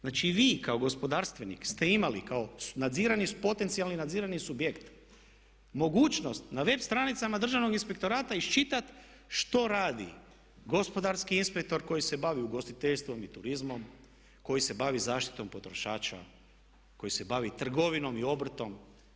Znači, vi kao gospodarstvenik ste imali kao potencijalni nadzirani subjekt mogućnost na web stranicama Državnog inspektorata iščitati što radi gospodarski inspektor koji se bavi ugostiteljstvom i turizmom, koji se bavi zaštitom potrošača, koji se bavi trgovinom i obrtom.